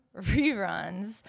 reruns